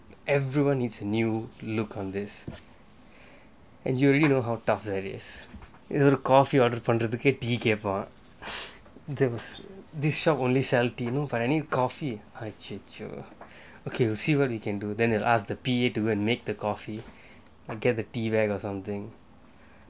everyone needs a new look on this and you really know how tough that is இது ஒரு:ithu oru coffee order பண்றதுக்கே:pandrathukae tea கேப்பான்:kaeppan okay we see what we can do then they'll ask the P_A to make the coffee or get the tea bag or something